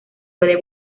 puede